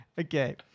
Okay